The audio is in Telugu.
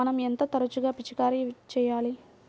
మనం ఎంత తరచుగా పిచికారీ చేయాలి?